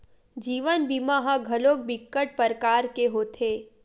जीवन बीमा ह घलोक बिकट परकार के होथे